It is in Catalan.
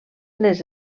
les